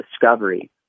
discovery